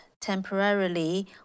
temporarily